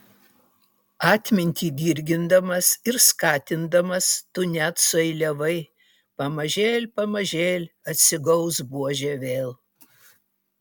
atmintį dirgindamas ir skatindamas tu net sueiliavai pamažėl pamažėl atsigaus buožė vėl